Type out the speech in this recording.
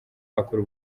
akora